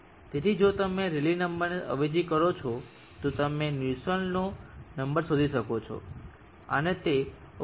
તેથી જો તમે રેલી નંબરને અવેજી કરો છો તો તમે નોસલેટનો નંબર શોધી શકો છો અને તે 39